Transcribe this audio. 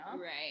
right